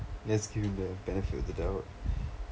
let's give him the benefit of the doubt